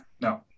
no